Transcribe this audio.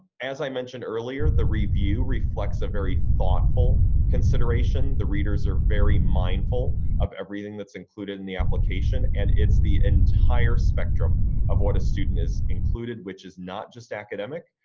as i mentioned earlier, the review reflects a very thoughtful consideration. the readers are very mindful of everything that's included in the application, and it's the entire spectrum of what a student is included, which is not just academic,